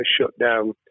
shutdown